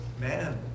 man